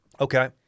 Okay